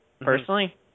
personally